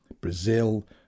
Brazil